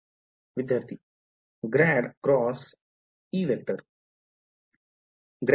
विधार्थी ∇×